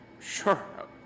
Sure